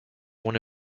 one